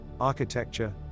architecture